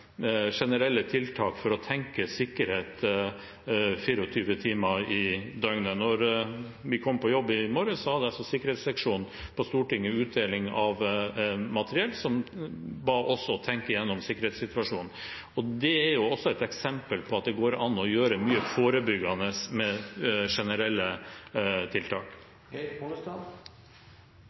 generelle tiltak for å tenke sikkerhet 24 timer i døgnet. Da jeg kom på jobb i morges, hadde sikkerhetsseksjonen på Stortinget utdeling av materiell, hvor man ba oss tenke gjennom sikkerhetssituasjonen. Det er også et eksempel på at det går an å gjøre mye forebyggende med generelle